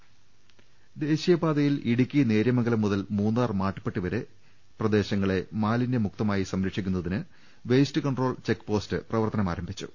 രദേഷ്ടെടു ദേശീയപാതയിൽ ഇടുക്കി നേര്യമംഗലം മുതൽ മൂന്നാർ മാട്ടുപ്പട്ടി വരെ പ്രദേശങ്ങളെ മാലിനൃമുക്തമായി സംരക്ഷിക്കുന്നതിന് വേസ്റ്റ് കൺട്രോൾ ചെക്പോസ്റ്റ് പ്രവർത്തനം ആരംഭിച്ചു